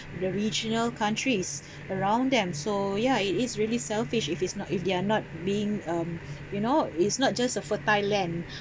the regional countries around them so ya it is really selfish if it's not if they're not being um you know it's not just a fertile land